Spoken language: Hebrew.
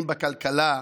אם בכלכלה,